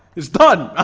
it's done.